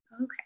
Okay